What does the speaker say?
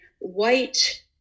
white